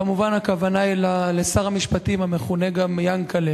כמובן, הכוונה היא לשר המשפטים המכונה גם יענקל'ה.